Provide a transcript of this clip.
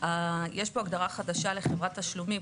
יש פה הגדרה חדשה לחברת תשלומים,